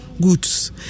goods